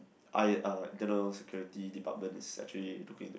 I uh internal security department is actually looking into that